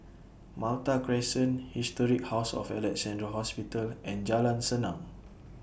Malta Crescent Historic House of Alexandra Hospital and Jalan Senang